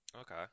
Okay